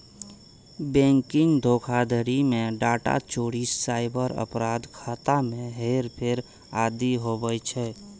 banking धोखाधड़ी मे data चोरी, साइबर अपराध, खाता मे हेरफेर आदि आबै छै